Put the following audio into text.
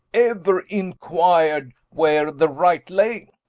ever inquired where the right lay?